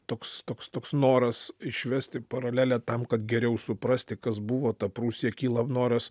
toks toks toks noras išvesti paralelę tam kad geriau suprasti kas buvo ta prūsija kyla noras